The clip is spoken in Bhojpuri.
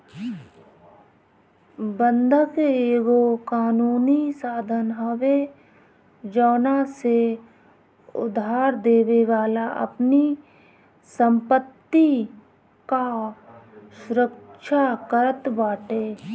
बंधक एगो कानूनी साधन हवे जवना से उधारदेवे वाला अपनी संपत्ति कअ सुरक्षा करत बाटे